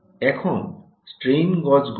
এখন স্ট্রেইন গজেগুলি